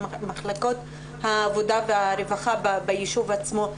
עם מחלקות הרווחה ביישוב עצמו.